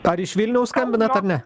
ar iš vilniaus skambinat ne